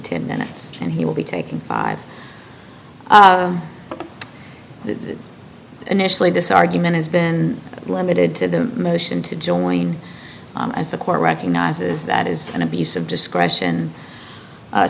ten minutes and he will be taking five that initially this argument has been limited to the motion to join as the court recognizes that is an abuse of discretion